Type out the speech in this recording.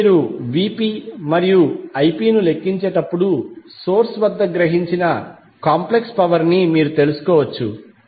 ఇప్పుడు మీరు Vp మరియు Ip లెక్కించేటప్పుడు సోర్స్ వద్ద గ్రహించిన కాంప్లెక్స్ పవర్ ని మీరు తెలుసుకోవచ్చు